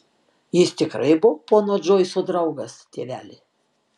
jis tikrai buvo pono džoiso draugas tėveli